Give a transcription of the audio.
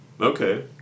Okay